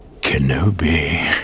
Kenobi